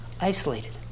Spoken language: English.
isolated